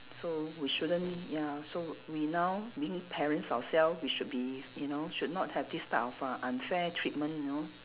so we shouldn't ya so we now being parents ourselves we should be you know should not have this type of uh unfair treatment you know